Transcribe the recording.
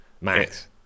max